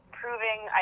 proving